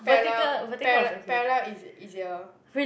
parallel para~ parallel easi~ easier